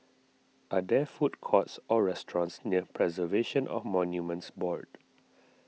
are there food courts or restaurants near Preservation of Monuments Board